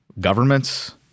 governments